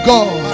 God